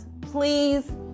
please